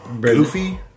goofy